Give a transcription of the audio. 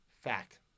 Fact